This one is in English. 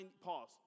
pause